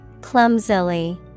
Clumsily